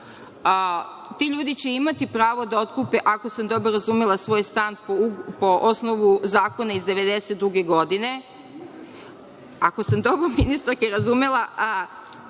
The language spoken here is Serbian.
Ti ljudi će imati pravo da otkupe, ako sam dobro razumela, svoj stan po osnovu Zakona iz 1992. godine. Ako sam dobro ministarku razumela,